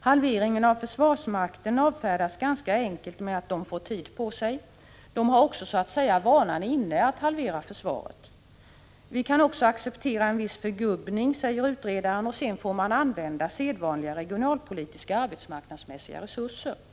Halveringen av försvarsmakten avfärdas ganska enkelt med att de får tid på sig. De har också så att säga vanan inne att halvera försvaret. Vi kan också acceptera en viss förgubbning, säger utredaren, sedan får sedvanliga regionalpolitiska och arbetsmarknadsmässiga resurser användas.